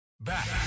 back